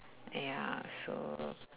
ya so